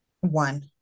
One